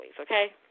okay